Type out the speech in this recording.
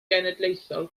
genedlaethol